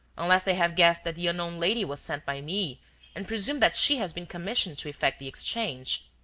unless they have guessed that the unknown lady was sent by me and presume that she has been commissioned to effect the exchange.